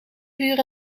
uur